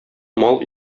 мал